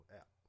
app